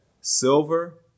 Silver